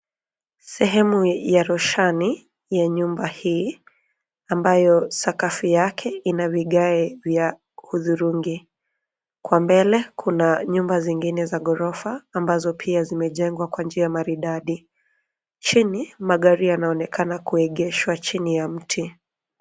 Sehemu ya roshani ya nyumba hii ambayo ni sakafu yake ina vigae vya hudhurungi. Kwa mbele kuna nyumba zingine za ghorofa ambazo pia zimejengwa kwa njia maridadi. Chini, magari yanaonekana kuegeshwa chini ya mti.